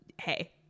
Hey